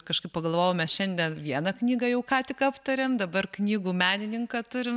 kažkaip pagalvojau mes šiandien vieną knygą jau ką tik aptarėm dabar knygų menininką turim